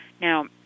Now